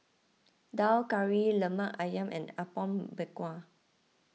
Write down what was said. Daal Kari Lemak Ayam and Apom Berkuah